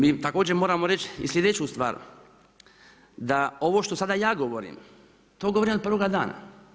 Mi također moramo reći i sljedeću stvar, da ovo što sad ja govorim, to govorim od prvoga dana.